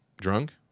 drunk